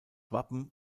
wappen